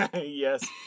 Yes